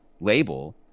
label